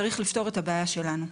צריך לפתור את הבעיה שלנו.